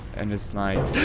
and it's night.